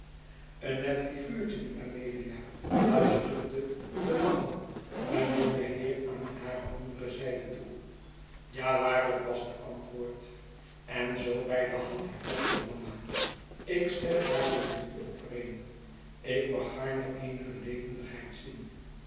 een net figuurtje die amelia fluisterde de mama een jongen heer aan hare andere zijdetoe jawaarlijk was het antwoord en zoo by de hand hervatte de mama ik stem daarin met u overeen ik mag gaarne eenige levendigheid zien